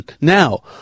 Now